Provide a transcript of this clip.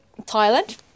Thailand